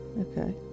Okay